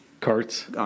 carts